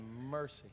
mercy